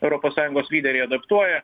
europos sąjungos lyderiai adaptuoja